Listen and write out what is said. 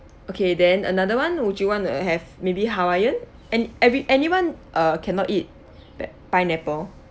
okay then another [one] would you wanna have maybe hawaiian and every anyone uh cannot eat pineapple